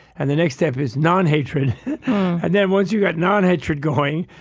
and the next step is non-hatred. then once you got non-hatred going,